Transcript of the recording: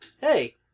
Hey